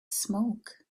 smoke